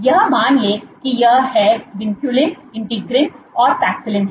यह मान ले कि यह है विनक्यूलिन इंटीग्रीन और पैक्सिलिन है